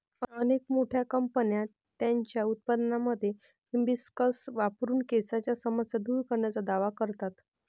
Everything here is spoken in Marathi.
अनेक मोठ्या कंपन्या त्यांच्या उत्पादनांमध्ये हिबिस्कस वापरून केसांच्या समस्या दूर करण्याचा दावा करतात